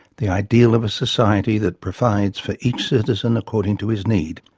the ideal of a society that provides for each citizen according to his need,